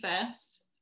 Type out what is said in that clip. first